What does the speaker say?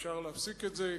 אפשר להפסיק את זה,